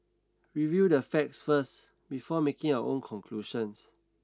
review the facts first before making your own conclusions